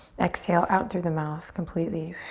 exhale out through the mouth completely.